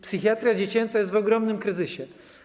Psychiatria dziecięca jest w ogromnym kryzysie.